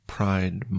Pride